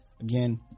Again